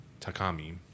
Takami